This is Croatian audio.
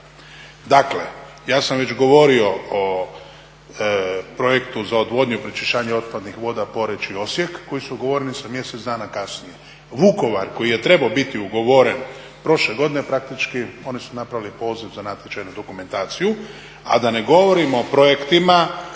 Dakle, ja sam već govorio o projektu za odvodnju, pročišćavanje otpadnih voda Poreč i Osijek, koji su ugovoreni sa mjesec dana kasnije. Vukovar koji je trebao biti ugovoren prošle godine, praktički oni su napravili poziv za natječaj na dokumentaciju, a da ne govorimo o projektima